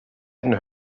beiden